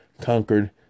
conquered